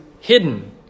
hidden